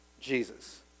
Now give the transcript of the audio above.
Jesus